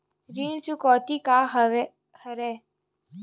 ऋण चुकौती का हरय?